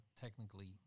technically